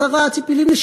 השרה ציפי לבני,